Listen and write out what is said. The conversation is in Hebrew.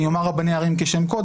אני אומר "רבני ערים" כשם קוד,